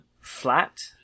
flat